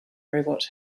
robot